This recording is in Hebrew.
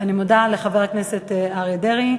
אני מודה לחבר הכנסת אריה דרעי.